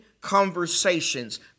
conversations